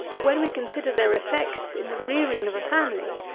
when we consider their effects in the rearing of a family,